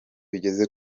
bigeze